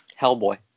Hellboy